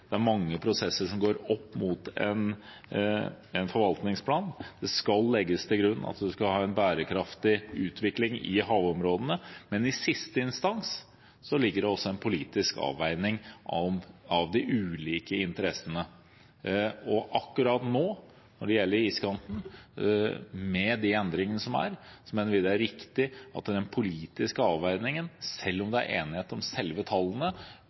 Det er mange prosesser som fører fram til en forvaltningsplan. Det skal legges til grunn at man skal ha en bærekraftig utvikling i havområdene. Men i siste instans ligger det også en politisk avveining av de ulike interessene, og akkurat nå, når det gjelder iskanten, med de endringene som er, mener vi det er riktig at den politiske avveiningen må gå til Stortinget, selv om det er enighet om selve tallene.